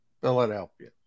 Philadelphia